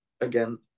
again